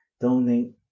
donate